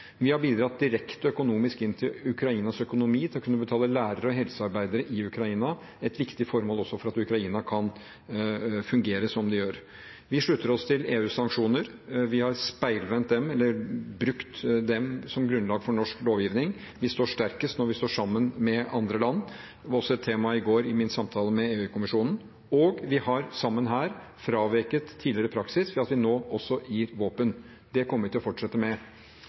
Vi har bidratt direkte økonomisk inn til Ukrainas økonomi for å kunne betale lærere og helsearbeidere i Ukraina – et viktig formål også for at Ukraina kan fungere som de gjør. Vi slutter oss til EUs sanksjoner. Vi har brukt dem som grunnlag for norsk lovgivning. Vi står sterkest når vi står sammen med andre land. Det var også et tema i går i min samtale med EU-kommisjonen. Og vi har her sammen fraveket tidligere praksis ved at vi nå også gir våpen. Det kommer vi til å fortsette med.